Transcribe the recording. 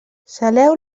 saleu